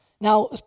Now